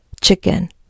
chicken